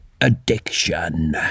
Addiction